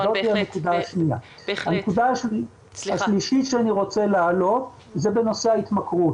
הנקודה השלישית שאני רוצה להעלות היא בנושא ההתמכרות.